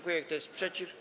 Kto jest przeciw?